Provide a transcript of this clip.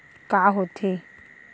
का होथे?